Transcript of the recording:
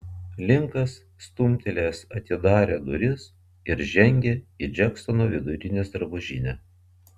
linkas stumtelėjęs atidarė duris ir žengė į džeksono vidurinės drabužinę